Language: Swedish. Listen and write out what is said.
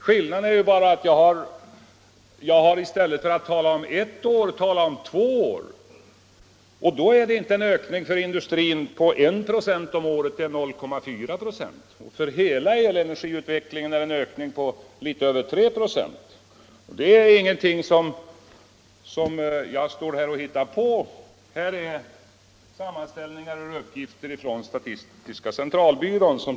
Skillnaden är bara att i stället för att tala om ett år har jag talat om två år. Då är ökningen för industrin inte I 96 om året, utan 0.4, och för hela energiutvecklingen litet över 3 96. Det är ingenting som jag står här och hittar på - det kommer från sammanställningar och uppgifter ifrån statistiska centralbyrån.